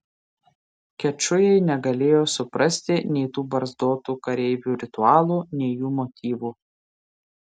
kečujai negalėjo suprasti nei tų barzdotų kareivių ritualų nei jų motyvų